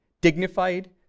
dignified